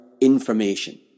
information